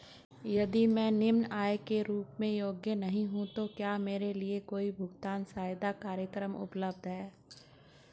यदि मैं निम्न आय के रूप में योग्य नहीं हूँ तो क्या मेरे लिए कोई भुगतान सहायता कार्यक्रम उपलब्ध है?